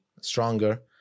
stronger